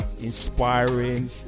inspiring